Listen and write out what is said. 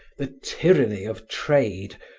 the tyranny of trade,